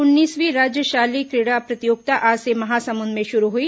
उन्नीसवीं राज्य स्तरीय शोलय क्रीडा प्रतियोगिता आज से महासमुंद में शुरू हुई